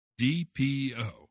dpo